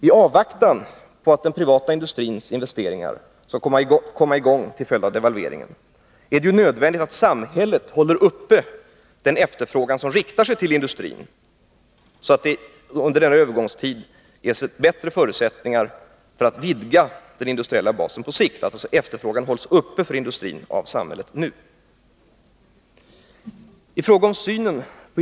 I avvaktan på att den privata industrins investeringar skall komma i gång till följd av devalveringen är det nödvändigt att samhället håller uppe den efterfrågan som riktar sig till industrin, så att det under denna övergångstid ges bättre förutsättningar för att på sikt vidga den industriella basen.